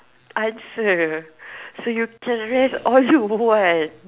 answer so you can rest all you want